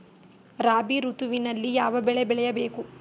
ರಾಬಿ ಋತುವಿನಲ್ಲಿ ಯಾವ ಬೆಳೆ ಬೆಳೆಯ ಬೇಕು?